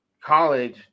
College